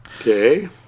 Okay